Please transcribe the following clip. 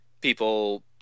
people